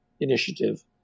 initiative